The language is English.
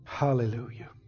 Hallelujah